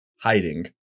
hiding